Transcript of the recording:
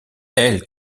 elle